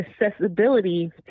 accessibility